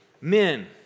Men